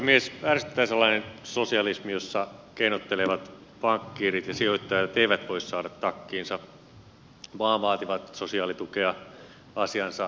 ärsyttää sellainen sosialismi jossa keinottelevat pankkiirit ja sijoittajat eivät voi saada takkiinsa vaan vaativat sosiaalitukea asiansa hyvin hoitaneilta